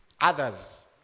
Others